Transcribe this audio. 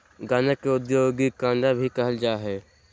गांजा के औद्योगिक गांजा भी कहल जा हइ